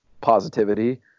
positivity